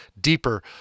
deeper